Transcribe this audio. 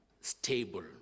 stable